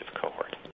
cohort